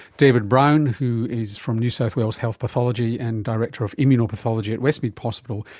david brown who is from new south wales health pathology and director of immunopathology at westmead hospital,